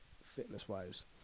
fitness-wise